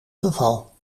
geval